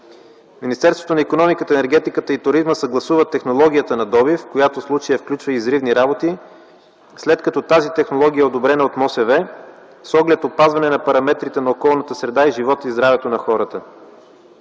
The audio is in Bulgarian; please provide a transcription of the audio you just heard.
Министерството на икономиката, енергетиката и туризма съгласува технологията на добив, която в случая включва и взривни работи, след като тази технология е одобрена от Министерството на околната среда и водите, с оглед опазване на параметрите на околната среда и живота и здравето на хората.